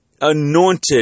Anointed